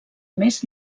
més